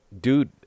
Dude